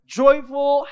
joyful